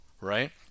right